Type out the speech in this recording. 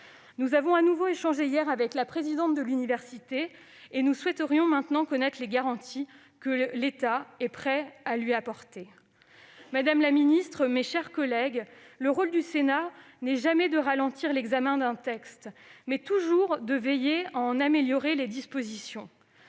Nous avons de nouveau échangé hier avec la présidente de l'université et nous souhaiterions maintenant connaître les garanties que l'État est prêt à lui apporter. Madame la ministre, le rôle du Sénat n'est jamais de ralentir l'examen d'un texte. Il s'agit toujours de veiller à en améliorer les dispositions.